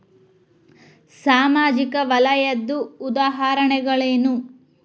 ಸಾಮಾಜಿಕ ವಲಯದ್ದು ಉದಾಹರಣೆಗಳೇನು?